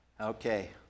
Okay